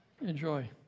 Enjoy